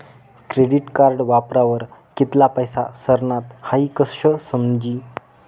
credit card वापरावर कित्ला पैसा सरनात हाई कशं समजी